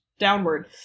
downward